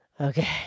Okay